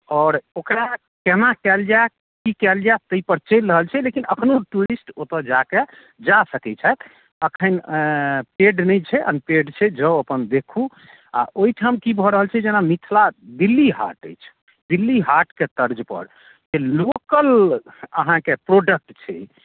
आओर ओकरा केना कयल जाय की कयल जाय ताहि पर चि ल रहल छै लेकिन अखनो टूरिस्ट ओतऽ जाके जा सकैत छथि अखन पेड नहि छै अनपेड छै जाउ अपन देखू आ ओहिठाम की भऽ रहल छै जेना मिथिला दिल्ली हाट अछि दिल्ली हाटके तर्ज पर जे लोकल अहाँकेँ प्रोडक्ट छै